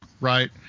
right